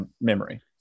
memory